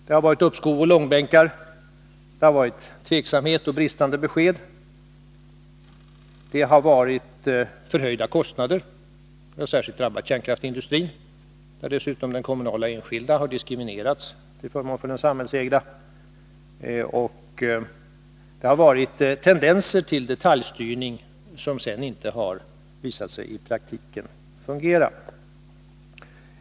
Det har varit uppskov i långbänkar, det har varit tveksamhet och bristande besked. Det har varit förhöjda kostnader, vilket särskilt drabbat kärnkraftsindustrin, där dessutom den kommunala och enskilda har diskriminerats till förmån för den samhällsägda, och det har varit tendenser till detaljstyrning som sedan inte har visat sig fungera i praktiken.